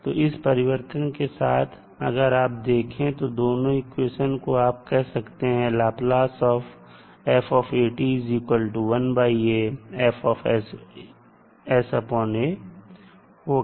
तो इस परिवर्तन के साथ अगर आप देखें दोनों इक्वेशन को तो आप कह सकते हैं कि होगा